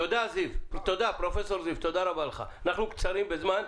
תודה, פרופ' זיו, תודה רבה לך, אנחנו קצרים בזמן.